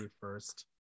first